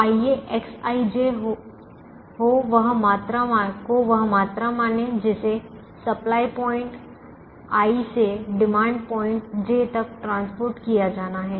तो आइए Xij को वह मात्रा माने जिसे सप्लाई प्वाइंट i से डिमांड पॉइंट j तक परिवहन किया जाना है